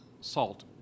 salt